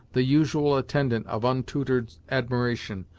the usual attendant of untutored admiration,